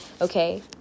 okay